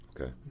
Okay